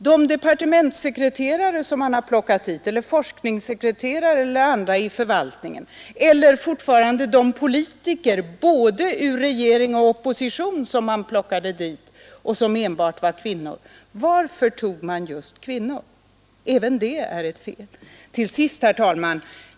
När det gäller de departementssekreterare, forskningssekreterare eller andra i förvaltningen som man plockade dit, eller de politiker ur både regering och opposition som man plockade dit — det var enbart kvinnor — vill jag fråga: Varför tog man just kvinnor då? Även det kan ju vara ett fel om man därmed konserverar fördomarna.